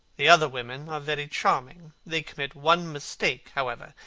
the other women are very charming. they commit one mistake, however.